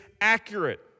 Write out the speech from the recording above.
accurate